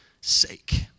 sake